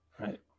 right